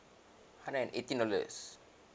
hundred and eighteen dollars